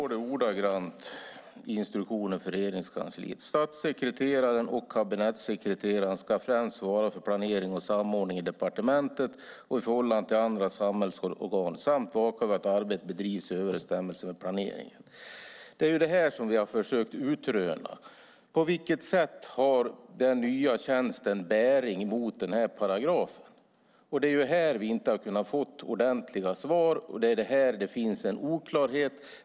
Herr talman! Så här står det i instruktionen för Regeringskansliet: "Statssekreteraren och kabinettssekreteraren ska . främst svara för planering och samordning i departementet och i förhållande till andra samhällsorgan samt vaka över att arbetet bedrivs i överensstämmelse med planeringen." Det är detta vi har försökt utröna. På vilket sätt har den nya tjänsten bäring på denna paragraf? Det är här vi inte har kunnat få ordentliga svar, och det är här det finns en oklarhet.